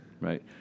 Right